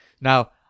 Now